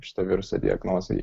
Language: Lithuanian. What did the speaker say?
šito viruso diagnozei